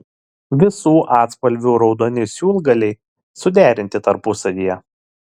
visų atspalvių raudoni siūlgaliai suderinti tarpusavyje